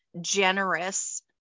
generous